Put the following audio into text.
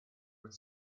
with